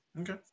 Okay